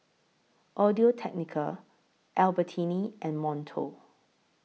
Audio Technica Albertini and Monto